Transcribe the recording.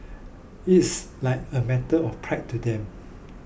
it's like a matter of pride to them